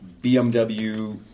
BMW